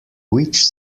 which